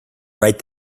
right